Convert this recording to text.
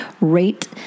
rate